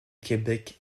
québec